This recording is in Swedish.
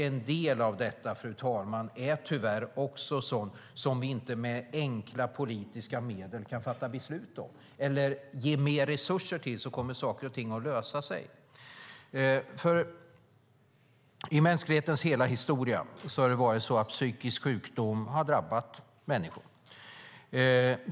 En del av detta, fru talman, är tyvärr inte sådant som vi kan lösa med enkla politiska medel och fatta beslut om eller sådant som genom mer resurser gör att saker och ting kommer att lösa sig. I mänsklighetens hela historia har psykisk sjukdom har drabbat människor.